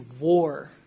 war